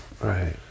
Right